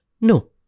no